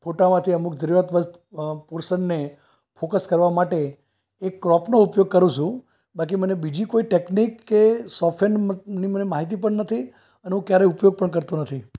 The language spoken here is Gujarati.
ફોટામાંથી અમુક જરૂરિયાત પોર્શનને ફોકસ કરવા માટે એ ક્રોપનો ઉપયોગ કરું છું બાકી મને બીજી કોઈ ટૅક્નિક કે સૉફ્ટવેરની મને માહિતી પણ નથી અને હું ક્યારેય ઉપયોગ પણ કરતો નથી